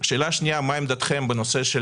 השאלה השנייה היא מה עמדתכם בנושא של